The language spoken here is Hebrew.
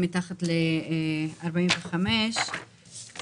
מתחת ל-45